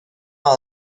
vara